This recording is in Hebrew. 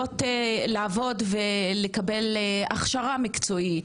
זה היה בעצם הנתון שקיבלתי ממנהל בתי הספר ג'לאל טוחי,